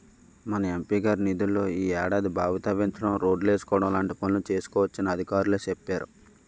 మన ఎం.పి గారి నిధుల్లో ఈ ఏడాది బావి తవ్వించడం, రోడ్లేసుకోవడం లాంటి పనులు చేసుకోవచ్చునని అధికారులే చెప్పేరు